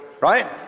right